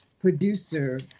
producer